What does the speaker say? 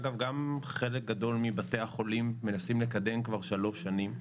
אגב גם חלק גדול מבתי החולים מנסים לקדם כבר שלוש שנים.